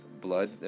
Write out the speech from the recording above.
blood